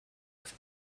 with